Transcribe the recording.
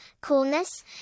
coolness